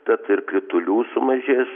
bet ir kritulių sumažės